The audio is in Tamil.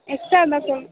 எக்ஸ்ட்ரா இருந்தால் சொல்